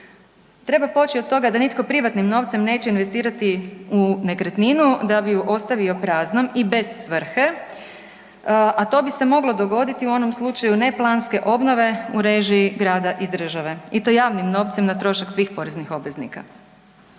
Treba poći od toga da nitko privatnim novcem neće investirati u nekretninu da bi ju ostavio praznom i bez svrhe, a to bi se moglo dogoditi u onom slučaju neplanske obnove u režiji grada i države i to javnim novcem na trošak svih poreznih obveznika.